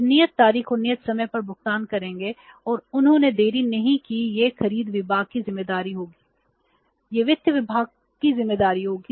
वे नियत तारीख और नियत समय पर भुगतान करेंगे और उन्होंने देरी नहीं की यह खरीद विभाग की जिम्मेदारी होगी यह वित्त विभाग की जिम्मेदारी होगी